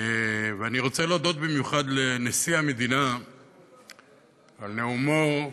ואני רוצה להודות במיוחד לנשיא המדינה על נאומו,